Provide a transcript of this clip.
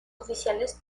oficiales